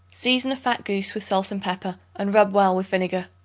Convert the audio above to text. season a fat goose with salt and pepper, and rub well with vinegar.